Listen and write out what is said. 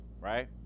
right